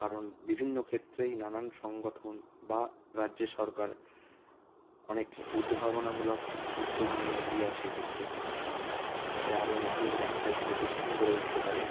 কারণ বিভিন্ন ক্ষেত্রেই নানান সংগঠন বা রাজ্যে সরকার অনেক উদ্ভাবনামূলক উদ্যোগ নিয়ে এগিয়ে আসে এক্ষেত্রে যাতে আরও নতুন ব্যবসায়িক প্রতিষ্ঠান গড়ে উঠতে পারে